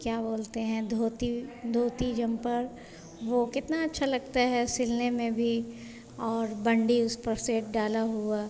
क्या बोलते हैं धोती धोती जम्पर वह कितना अच्छा लगता है सिलने में भी और बंदी उस पर से डाला हुआ